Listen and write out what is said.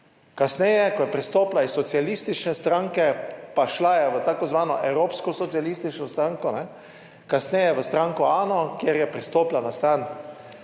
Kasneje, ko je prestopila iz socialistične stranke, pa šla je v tako imenovano evropsko socialistično stranko. Kasneje v stranko ANO, kjer je pristopila na stran